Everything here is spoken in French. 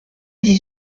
dix